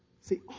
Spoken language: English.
See